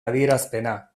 adierazpena